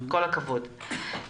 כל הכבוד.